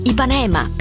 Ipanema